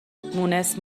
مونس